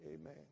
Amen